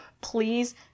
please